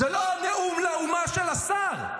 זה לא נאום לאומה של השר.